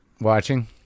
Watching